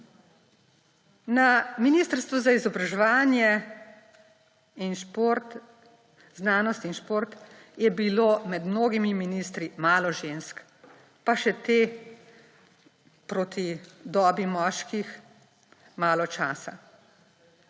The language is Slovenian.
Na Ministrstvu za izobraževanje, znanost in šport je bilo med mnogimi ministri malo žensk, pa še te, proti dobi moških, malo časa.